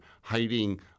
hiding